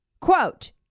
Quote